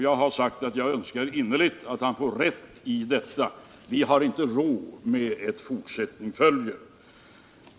Jag har sagt att jag önskar innerligt att han får rätt i detta. Vi har inte råd med ett fortsättning följer.